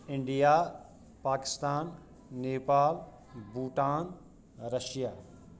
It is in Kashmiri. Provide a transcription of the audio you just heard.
India Pakistan Nepal Bhutan Russia